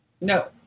no